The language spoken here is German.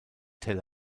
tel